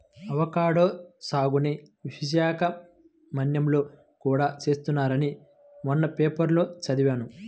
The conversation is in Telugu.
అవకాడో సాగుని విశాఖ మన్యంలో కూడా చేస్తున్నారని మొన్న పేపర్లో చదివాను